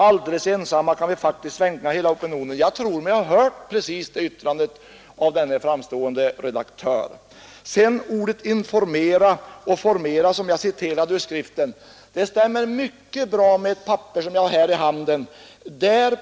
Alldeles ensamma kan vi faktiskt svänga hela opinionen.” Jag tror mig ha hört precis det yttrandet av denne framstående redaktör. Orden ”informera” och ”formera”, som jag citerade ur skriften, stämmer mycket bra med ett papper som jag har här i handen.